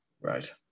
right